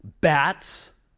Bats